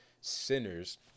Sinners